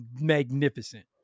magnificent